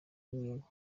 inyungu